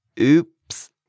Oops